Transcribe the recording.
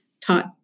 taught